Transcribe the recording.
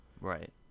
right